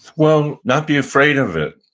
well, not be afraid of it,